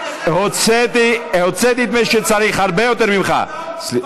היום אתה צריך להתבייש, צא החוצה.